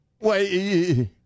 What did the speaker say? Wait